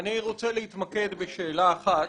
אני רוצה להתמקד בשאלה אחת